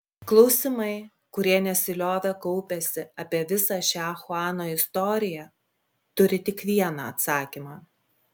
klausimai kurie nesiliovė kaupęsi apie visą šią chuano istoriją turi tik vieną atsakymą